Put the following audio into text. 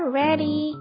ready